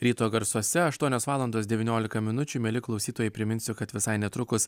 ryto garsuose aštuonios valandos devyniolika minučių mieli klausytojai priminsiu kad visai netrukus